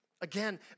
Again